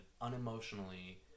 unemotionally